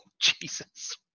Jesus